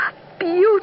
beautiful